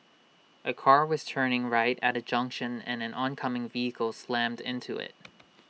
A car was turning right at A junction and an oncoming vehicle slammed into IT